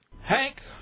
Hank